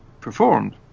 performed